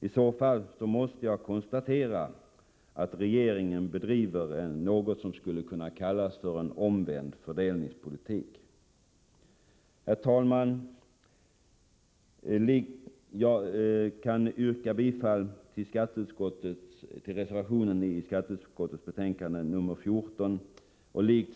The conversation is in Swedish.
I så fall måste jag konstatera att regeringen bedriver vad som skulle kunna kallas en omvänd fördelningspolitik. Herr talman! Jag yrkar bifall till reservationen i skatteutskottets betänkande nr 14.